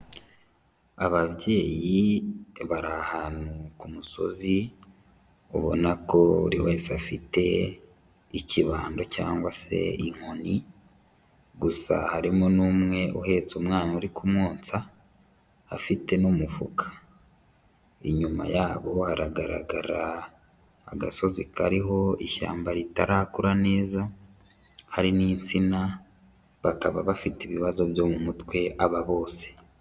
Ababyeyi bari ahantu ku musozi, ubona ko buri wese afite ikibando cyangwa se inkoni gusa harimo n'umwe uhetse umwana uri kumwonsa afite n'umufuka, inyuma yabo hagaragara agasozi kariho ishyamba ritarakura neza, hari n'insina bakaba bafite ibibazo byo mu mutwe aba bose.